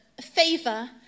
favor